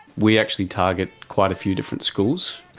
we actually target quite a few different schools,